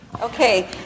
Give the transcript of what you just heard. Okay